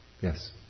Yes